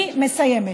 אני מסיימת.